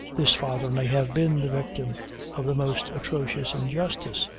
this father may have been the victim of the most atrocious injustice.